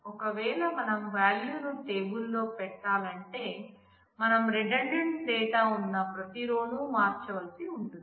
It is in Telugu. ఒక వేళ మనం ఒక వాల్యూను టేబుల్ లో పెట్టాలంటే మనం రిడండేంట్ డేటా ఉన్న ప్రతి రో ను మార్చవలసి ఉంటుంది